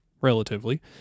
relatively